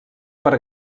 per